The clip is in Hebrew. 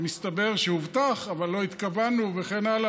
מסתבר שהובטח אבל לא התכוונו, וכן הלאה.